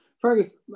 Fergus